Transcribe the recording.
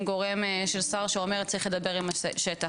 גורם של שר שאומר שצריך לדבר עם השטח.